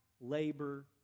labor